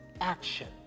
action